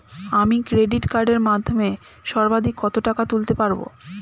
আমি ক্রেডিট কার্ডের মাধ্যমে সর্বাধিক কত টাকা তুলতে পারব?